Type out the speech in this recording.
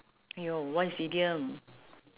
!aiyo! what is idiom